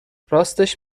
راستش